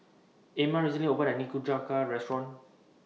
Ama recently opened A New Nikujaga Restaurant